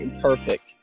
Perfect